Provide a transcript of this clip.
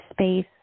space